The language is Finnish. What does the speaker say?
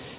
joo